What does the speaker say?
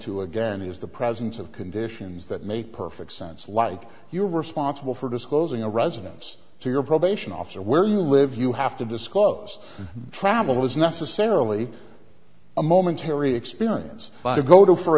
to again is the presence of conditions that make perfect sense like you're responsible for disclosing a residence to your probation officer where you live you have to disclose travel is necessarily a momentary experience but to go